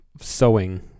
sewing